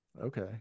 Okay